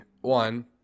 one